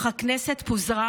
אך הכנסת פוזרה.